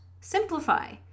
simplify